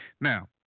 Now